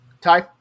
Ty